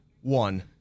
one